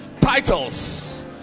titles